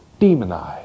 demonize